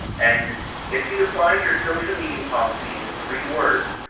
and if you define your social media policy in three words,